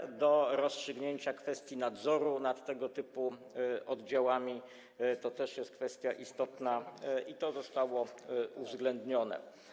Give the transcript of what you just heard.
Chodzi też o rozstrzygnięcie kwestii nadzoru nad tego typu oddziałami, to też jest kwestia istotna i to zostało uwzględnione.